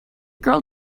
girl